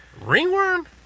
ringworm